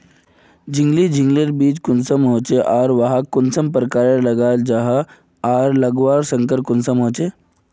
झिंगली झिंग लिर बीज कुंसम होचे आर वाहक कुंसम प्रकारेर लगा जाहा आर लगवार संगकर कुंसम होचे?